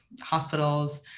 hospitals